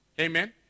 Amen